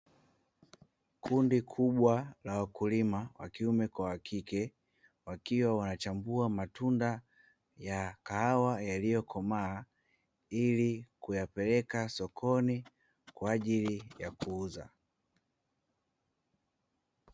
Kundi kubwa la wa kulima wa kiume na wa kike, wakiwa wanachagua matunda ya kahawa yaliyokomaa ili kuyapeleka sokoni kwaajili ya kuuza.